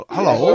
Hello